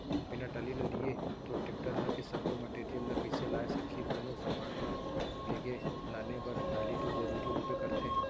बिना टाली ल लिये तोर टेक्टर ह ए सब्बो मटेरियल ल कइसे लाय सकही, कोनो समान ल लेगे लाने बर टाली तो जरुरी होबे करथे